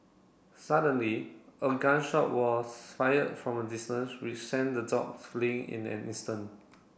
suddenly a gun shot was fired from a distance which sent the dog fleeing in an instant